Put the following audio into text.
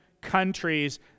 countries